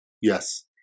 Yes